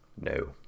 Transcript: No